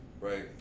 right